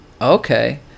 okay